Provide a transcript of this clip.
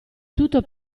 tutto